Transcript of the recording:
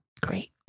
Great